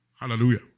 Hallelujah